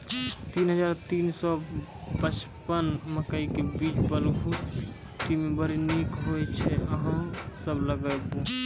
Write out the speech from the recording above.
तीन हज़ार तीन सौ पचपन मकई के बीज बलधुस मिट्टी मे बड़ी निक होई छै अहाँ सब लगाबु?